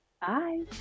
Bye